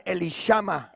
Elishama